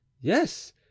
yes